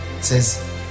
says